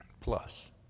Plus